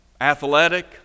athletic